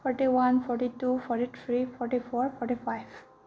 forty one forty two forty three forty four forty five